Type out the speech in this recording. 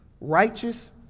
righteous